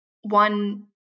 one